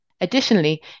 Additionally